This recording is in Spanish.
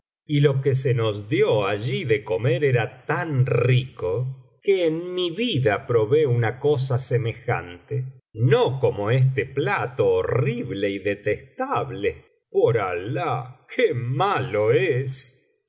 y lo que'se nos dio allí de comer era tan rico que en mi vida biblioteca valenciana generalitat valenciana historia del visir nureddin probó una cosa semejante no como este plato horrible y detestable por alah qué malo es